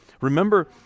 Remember